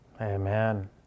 Amen